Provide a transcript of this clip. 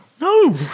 No